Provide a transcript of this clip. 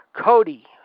Cody